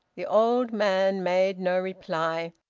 the old man made no reply.